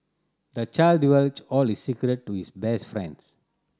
the child divulged all his secret to his best friend